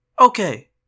Okay